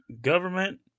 government